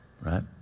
Right